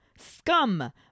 scum